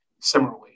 similarly